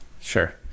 Sure